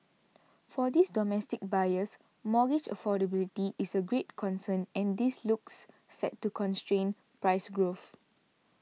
for these domestic buyers mortgage affordability is a greater concern and this looks set to constrain price growth